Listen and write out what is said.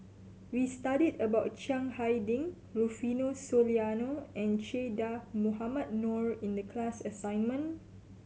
we studied about Chiang Hai Ding Rufino Soliano and Che Dah Mohamed Noor in the class assignment